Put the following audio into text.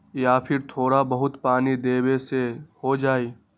या फिर थोड़ा बहुत पानी देबे से हो जाइ?